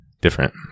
different